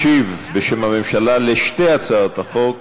ישיב בשם הממשלה על שתי הצעות החוק